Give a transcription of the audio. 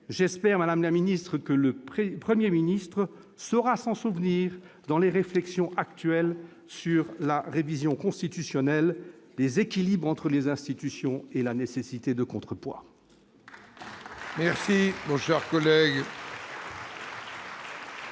j'espère, madame la ministre, que le Premier ministre saura s'en souvenir dans les réflexions actuelles sur la révision constitutionnelle : il faut préserver l'équilibre entre les institutions et l'existence de contrepoids